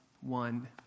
one